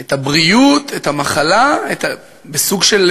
את הבריאות, את המחלה, בסוג של